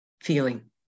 feeling